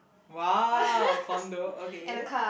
!wow! Condo okay